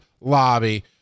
lobby